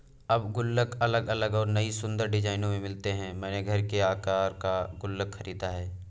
अब गुल्लक अलग अलग और नयी सुन्दर डिज़ाइनों में मिलते हैं मैंने घर के आकर का गुल्लक खरीदा है